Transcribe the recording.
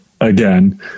again